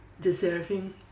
deserving